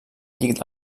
llit